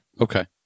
Okay